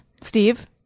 steve